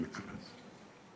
במקרה הזה.